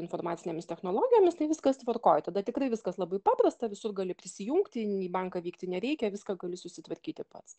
informacinėmis technologijomis tai viskas tvarkoj tada tikrai viskas labai paprasta visur gali prisijungti į banką vykti nereikia viską gali susitvarkyti pats